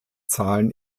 zahlen